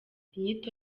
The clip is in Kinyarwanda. inyito